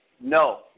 No